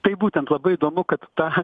tai būtent labai įdomu kad tą